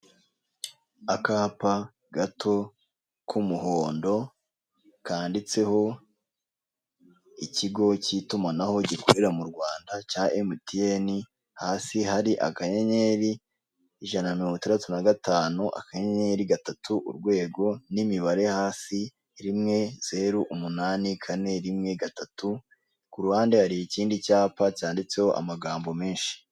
Akapa gato k'umuhondo kanditseho ikigo k'itumanaho gikorera mu Rwanda cya emutiyeni, hasi hari akanyenyeri, ijana na mirongo itandatu na gatanu, akanyenyeri, gatatu, urwego n'imibare hasi rimwe, zeru, umunani kane, rimwe, gatatu, ku ruhande hari ikindi cyapa cyanditseho amagambo menshi.